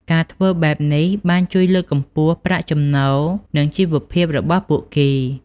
ការធ្វើបែបនេះបានជួយលើកកម្ពស់ប្រាក់ចំណូលនិងជីវភាពរបស់ពួកគេ។